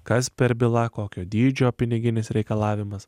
kas per byla kokio dydžio piniginis reikalavimas